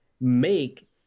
make